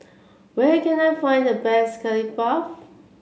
where can I find the best Curry Puff